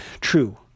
True